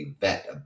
vet